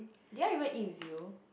did I even eat with you